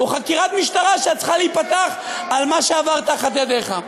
או חקירת משטרה שצריכה להיפתח על מה שעבר תחת ידיך.